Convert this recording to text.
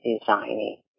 designing